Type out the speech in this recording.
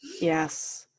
Yes